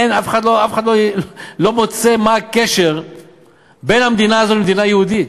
אף אחד לא מוצא מה הקשר בין המדינה הזו למדינה יהודית.